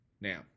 Now